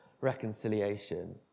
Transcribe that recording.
reconciliation